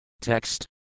Text